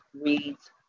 reads